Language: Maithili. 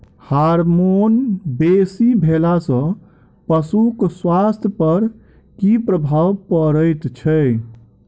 हार्मोन बेसी भेला सॅ पशुक स्वास्थ्य पर की प्रभाव पड़ैत छै?